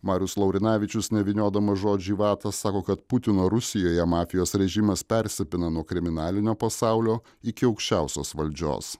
marius laurinavičius nevyniodamas žodžių į vatą sako kad putino rusijoje mafijos režimas persipina nuo kriminalinio pasaulio iki aukščiausios valdžios